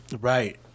Right